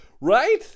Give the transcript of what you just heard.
Right